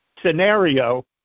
scenario